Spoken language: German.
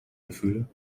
gefühle